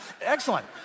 excellent